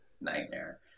nightmare